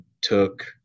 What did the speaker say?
took